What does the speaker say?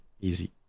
Easy